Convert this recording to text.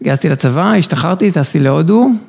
התגייסתי לצבא, השתחררתי, טסתי להודו.